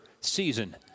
season